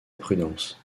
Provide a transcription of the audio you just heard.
prudence